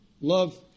love